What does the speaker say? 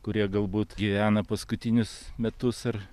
kurie galbūt gyvena paskutinius metus ar